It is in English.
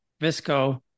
Visco